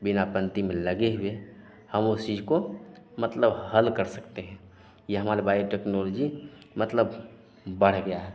बिना पंती में लगे हुए हम उस चीज़ को मतलब हल कर सकते हैं यह हमारा बायोटेक्नॉलजी मतलब हुं बढ़ गया है